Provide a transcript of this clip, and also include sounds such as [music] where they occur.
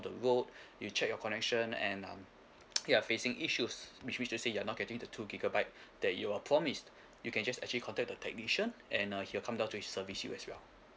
the road you check your connection and um [noise] you're facing issues which means to say just say you're not getting the two gigabyte that you are promised you can just actually contact the technician and uh he'll come down to his service you as well